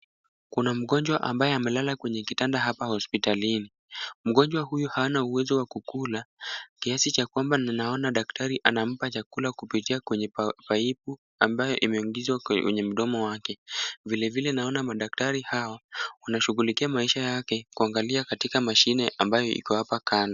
Kuna mgonjwa ambaye amelala kwenye kitanda hapa hospitalini. Mgonjwa huyu hana uwezo wa kukula, kiasi cha kwamba ninaona daktari anampa chakula kupitia kwenye paipu ambayo imeingizwa kwenye mdomo wake. Vilevile naona madaktari hao wanashughulikia maisha yake kuangalia katika mashine ambayo iko hapa kando.